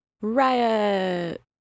riot